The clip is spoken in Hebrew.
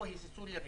לא היססו לרגע.